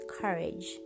courage